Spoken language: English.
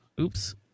Oops